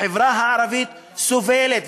החברה הערבית סובלת.